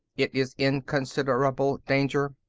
it is in considerable danger.